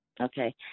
Okay